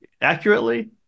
accurately